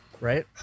Right